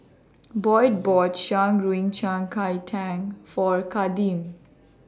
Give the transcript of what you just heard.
Boyd bought Shan Rui Yao Cai Tang For Kadeem